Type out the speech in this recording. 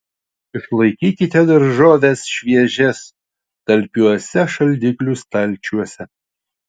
išlaikykite daržoves šviežias talpiuose šaldiklių stalčiuose